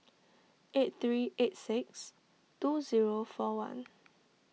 eight three eight six two zero four one